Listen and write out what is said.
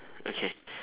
okay